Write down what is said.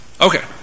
Okay